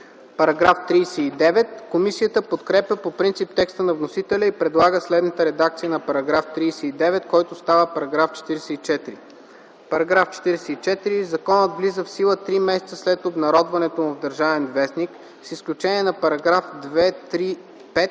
По § 39 комисията подкрепя по принцип текста на вносителя и предлага следната редакция на параграфа, който става § 44: „§ 44. Законът влиза в сила 3 месеца от обнародването му в „Държавен вестник” с изключение на § 2, 3, 5,